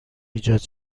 ایجاد